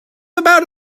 about